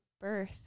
birth